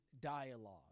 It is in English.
dialogue